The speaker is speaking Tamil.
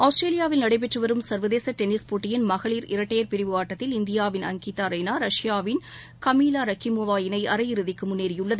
ஆஸ்திரேலியாவில் நடைபெற்றவரும் சா்வதேசடென்னிஸ் போட்டியின் மகளிர் இரட்டையர் பிரிவு ஆட்டத்தில் இந்தியாவின் அங்கீதாரெய்னா ரஷ்யாவின் ஹமீவா இணைஅரை இறுதிக்குமுன்னேறியுள்ளது